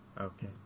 Okay